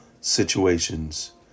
situations